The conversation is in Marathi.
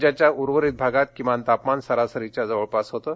राज्याच्या उर्वरित भागात किमान तापमान सरासरीच्या जवळपास होतं